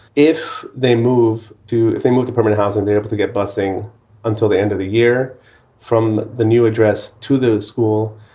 if they move to if they move department, house and they're able to get busing until the end of the year from the new address to the school,